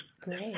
Great